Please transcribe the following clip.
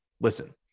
listen